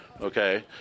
Okay